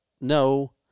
no